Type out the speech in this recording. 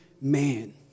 man